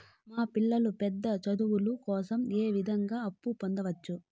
మా పిల్లలు పెద్ద చదువులు కోసం ఏ విధంగా అప్పు పొందొచ్చు?